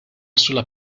sulla